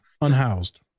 Unhoused